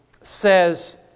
says